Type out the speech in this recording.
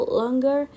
longer